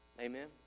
Amen